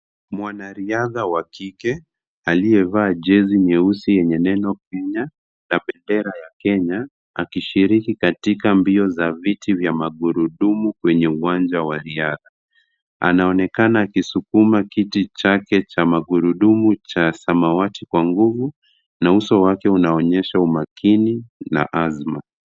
Mwanariadha wa kike aliyevaa jezi nyeusi yenye neno Kenya na bendera ya Kenya akishiriki katika mbio za viti vya magurudumu kwenye uwanja wa riadha. Anaonekana akisukuma kiti chake cha magurudumu cha samawati kwa nguvu na uso wake unaonyesha umakini na azma.